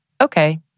okay